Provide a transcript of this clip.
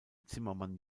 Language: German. zimmermann